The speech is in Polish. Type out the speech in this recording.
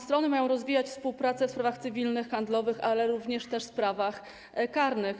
Strony mają rozwijać współpracę w sprawach cywilnych, handlowych, ale również w sprawach karnych.